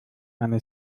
eine